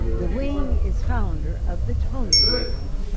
the wing is founder of the tony awards,